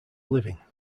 living